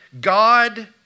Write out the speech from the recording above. God